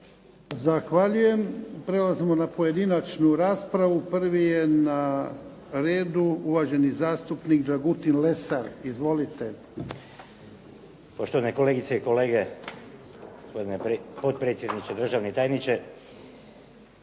Zahvaljujem. Prelazimo na pojedinačnu raspravu. Prvi je na redu uvaženi zastupnik Dragutin Lesar. Izvolite. **Lesar, Dragutin (Nezavisni)** Poštovane kolegice i kolege, gospodine potpredsjedniče, državni tajniče.